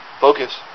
Focus